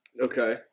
Okay